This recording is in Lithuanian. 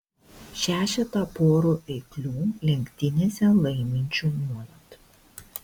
šešetą porų eiklių lenktynėse laiminčių nuolat